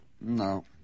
No